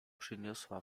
przyniosła